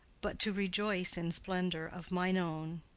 but to rejoice in splendour of my own.